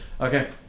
Okay